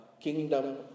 kingdom